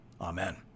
Amen